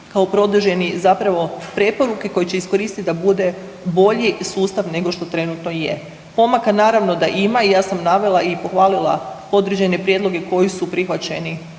kao produžene zapravo preporuke koje će iskoristi da bude bolji sustav nego što trenutno je. Pomaka naravno da ima i ja sam navela i pohvalila određene prijedloge koji su prihvaćeni